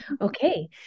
Okay